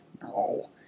No